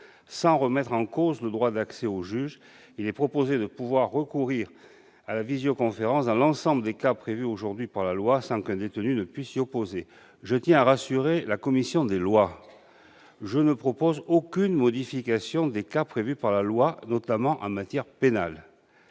Sans remettre en cause le droit d'accès au juge, il est proposé de pouvoir recourir à la visioconférence dans l'ensemble des cas prévus aujourd'hui par la loi sans qu'un détenu puisse s'y opposer. Je tiens à rassurer la commission des lois : je ne propose aucune modification des cas prévus par la loi, notamment en matière pénale.